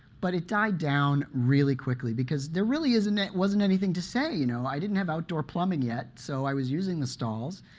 but it died down really quickly because there really isn't wasn't anything to say. you know, i didn't have outdoor plumbing yet, so i was using the stalls.